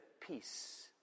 peace